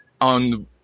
on